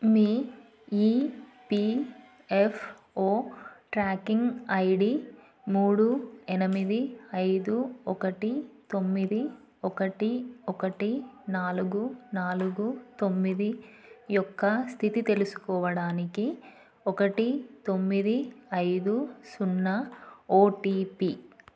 మీ EPFO tracking ID మూడు ఎనిమిది ఐదు ఒకటి తొమ్మిది ఒకటి ఒకటి నాలుగు నాలుగు తొమ్మిది యొక్క స్థితి తెలుసుకోవడానికి ఒకటి తొమ్మిది ఐదు సున్నా ఓటిపి